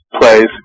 plays